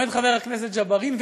אומר חבר הכנסת ג'בארין,